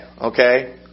okay